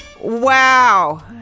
Wow